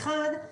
האחד,